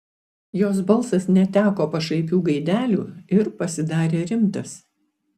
jos balsas neteko pašaipių gaidelių ir pasidarė rimtas